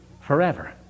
Forever